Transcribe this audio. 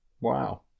Wow